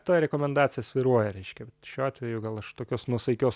ta rekomendacija svyruoja reiškia šiuo atveju gal aš tokios nuosaikios